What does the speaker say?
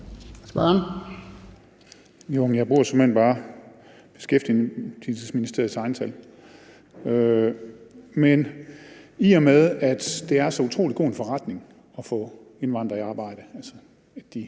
Jeg bruger såmænd bare Beskæftigelsesministeriets egne tal. Men i og med at det er så utrolig god en forretning at få indvandrere i arbejde, altså at de